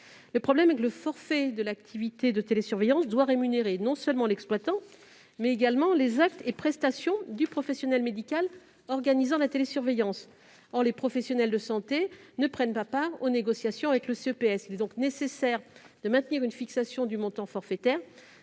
Le problème est que le forfait de l'activité de télésurveillance doit rémunérer non seulement l'exploitant, mais également les actes et prestations du professionnel médical organisant la télésurveillance. Or les professionnels de santé ne prennent pas part aux négociations avec le CEPS. Il est donc nécessaire de maintenir une fixation du montant forfaitaire